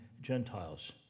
Gentiles